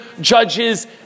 judges